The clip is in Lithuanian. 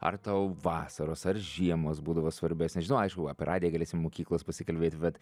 ar tau vasaros ar žiemos būdavo svarbesnės žinoma aišku apie radiją galėsim mokyklos pasikalbėti bat